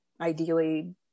ideally